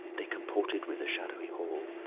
they comported with the shadowy hall,